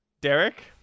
Derek